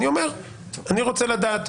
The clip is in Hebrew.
אני רוצה לדעת,